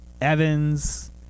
Evans